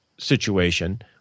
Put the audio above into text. Situation